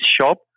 shop